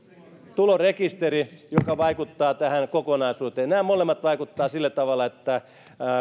tulorekisteri joka vaikuttaa tähän kokonaisuuteen nämä molemmat vaikuttavat sillä tavalla että